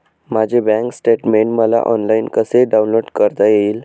माझे bank statement मला online कसे डाउनलोड करता येईल?